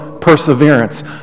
perseverance